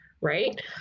right